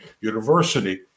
University